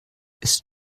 ist